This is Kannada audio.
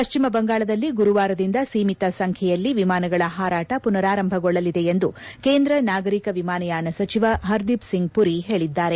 ಪಶ್ಚಿಮಬಂಗಾಳದಲ್ಲಿ ಗುರುವಾರದಿಂದ ಸೀಮಿತ ಸಂಚ್ಚೆಯಲ್ಲಿ ವಿಮಾನಗಳ ಹಾರಾಟ ಪುನರಾರಂಭಗೊಳ್ಳಲಿದೆ ಎಂದು ಕೇಂದ್ರ ನಾಗರಿಕ ವಿಮಾನಯಾನ ಸಚಿವ ಹರ್ದೀಪ್ ಸಿಂಗ್ ಪುರಿ ಹೇಳಿದ್ದಾರೆ